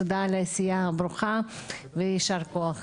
תודה על העשייה הברוכה ויישר כוח.